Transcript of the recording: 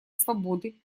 свободы